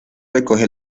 recoge